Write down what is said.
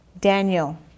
Daniel